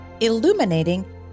Illuminating